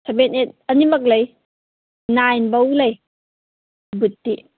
seven eight ꯑꯅꯤꯃꯛ ꯂꯩ nine ꯐꯥꯎ ꯂꯩ ꯕꯨꯠꯇꯤ